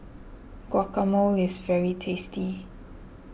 Guacamole is very tasty